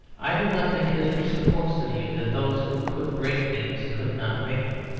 i do not think history supports the view that those who could break things could not make them.